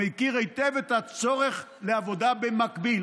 מכיר היטב את הצורך לעבודה במקביל.